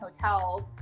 hotels